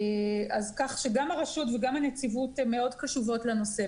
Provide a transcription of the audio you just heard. אז כך שגם הרשות וגם הנציבות מאוד קשובות לנושא.